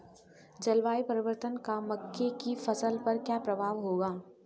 जलवायु परिवर्तन का मक्के की फसल पर क्या प्रभाव होगा?